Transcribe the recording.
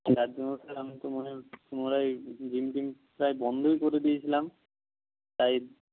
যার জন্য স্যার আমি তো মানে পুনরায় জিম টিম প্রায় বন্ধই করে দিয়েছিলাম তাই